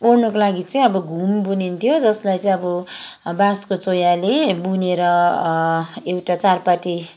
ओढ्नुको लागि चाहिँ अब घुम बुनिनथ्यो जसलाई चाहिँ अब बाँसको चोयाले बुनेर एउटा चारपाटे